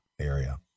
Area